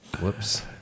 Whoops